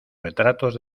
retratos